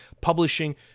Publishing